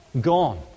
gone